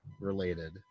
related